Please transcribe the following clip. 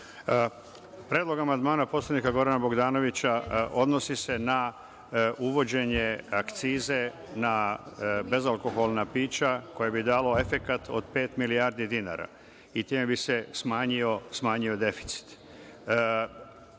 Predlog amandmana poslanika Gorana Bogdanovića odnosi se na uvođenje akcize na bezalkoholna pića koje bi dalo efekat od pet milijardi dinara i time bi se smanjio deficit.